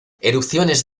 erupciones